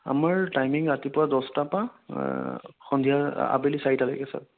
আমাৰ টাইমিং ৰাতিপুৱা দহটাৰ পৰা সন্ধিয়াৰ আবেলি চাৰিটালৈকে ছাৰ